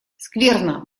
скверно